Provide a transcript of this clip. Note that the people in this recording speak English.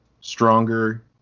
stronger